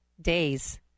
days